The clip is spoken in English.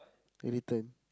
anytime